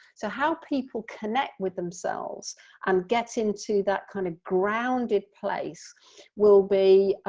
so how people connect with themselves and get into that kind of grounded place will be